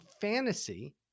fantasy